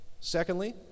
Secondly